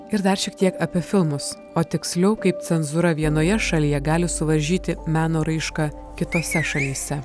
ir dar šiek tiek apie filmus o tiksliau kaip cenzūra vienoje šalyje gali suvaržyti meno raišką kitose šalyse